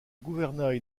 gouvernail